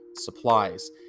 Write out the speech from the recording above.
supplies